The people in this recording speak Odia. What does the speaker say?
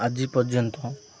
ଆଜି ପର୍ଯ୍ୟନ୍ତ